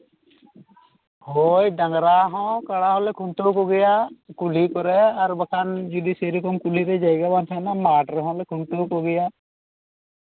ᱦᱳᱭ ᱰᱟᱝᱨᱟ ᱦᱚᱸ ᱠᱟᱲᱟ ᱦᱚᱞᱮ ᱠᱷᱩᱱᱴᱟᱹᱣ ᱠᱚᱜᱮᱭᱟ ᱠᱩᱞᱦᱤ ᱠᱚᱨᱮᱫ ᱟᱨ ᱵᱟᱝᱠᱷᱟᱱ ᱡᱩᱫᱤ ᱥᱮᱨᱚᱠᱚᱢ ᱠᱩᱞᱦᱤᱨᱮ ᱡᱟᱭᱜᱟ ᱵᱟᱝ ᱛᱟᱦᱮᱸᱱᱟ ᱢᱟᱴᱷ ᱨᱮᱦᱚᱸᱞᱮ ᱠᱷᱩᱱᱴᱟᱹᱣ ᱠᱚᱜᱮᱭᱟ